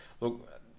look